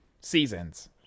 seasons